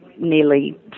nearly